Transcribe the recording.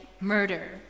Murder